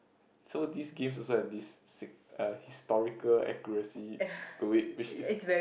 so these games also have this sick uh historical accuracy to it which is